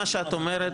מה שאת אומרת,